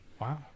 Wow